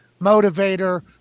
motivator